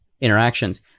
interactions